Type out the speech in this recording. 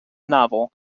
novel